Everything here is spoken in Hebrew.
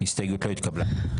ההסתייגות לא התקבלה.